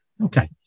okay